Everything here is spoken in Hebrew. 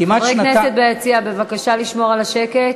כמעט חברי כנסת ביציע, בבקשה לשמור על השקט.